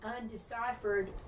undeciphered